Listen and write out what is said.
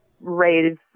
raise